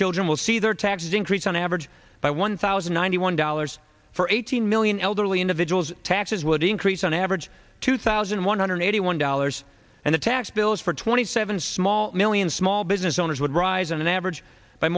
children will see their taxes increase on average by one thousand nine hundred dollars for eighteen million elderly individuals taxes would increase on average two thousand one hundred eighty one dollars and the tax bills for twenty seven small million small business owners would rise on average b